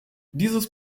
dieses